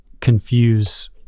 confuse